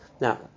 Now